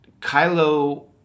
Kylo